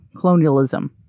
colonialism